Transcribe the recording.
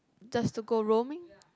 just to go roaming